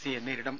സിയെ നേരിടും